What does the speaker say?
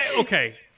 okay